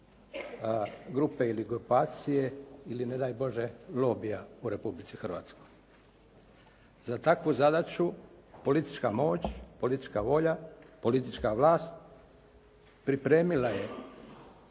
grupe ili grupacije ili ne daj Bože lobija u Republici Hrvatskoj. Za takvu zadaću politička moć, politička volja, politička vlast pripremila je